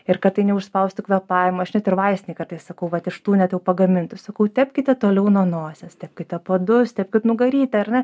ir kad tai neužspaustų kvėpavimo aš net ir vaistinėj kartais sakau vat iš tų net jau pagamintų sakau tepkite toliau nuo nosies tepkite padus tepkit nugarytę ar ne